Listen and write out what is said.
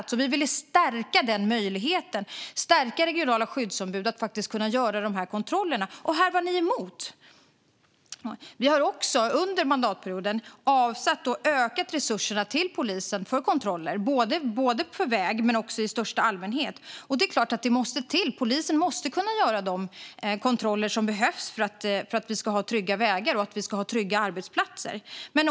Vi ville stärka den möjligheten och stärka regionala skyddsombuds rätt att göra de här kontrollerna. Men ni var emot det, Thomas Morell. Vi har också under mandatperioden avsatt och ökat resurserna till polisen för kontroller både för väg och i största allmänhet. Det är klart att det måste till resurser; polisen måste kunna göra de kontroller som behövs för att vi ska ha trygga vägar och trygga arbetsplatser.